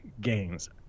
gains